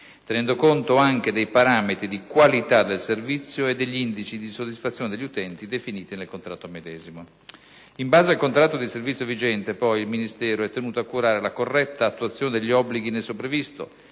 tenendo conto anche dei parametri di qualità del servizio e degli indici di soddisfazione degli utenti definiti nel contratto medesimo. In base al contratto di servizio vigente, poi, il Ministero è tenuto a curare la corretta attuazione degli obblighi in esso previsto,